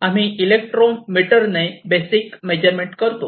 आणि आम्ही इलेक्ट्रोमीटरने बेसिक मेजरमेंट करतो